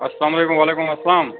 اسلامُ علیکُم وعلیکُم السلام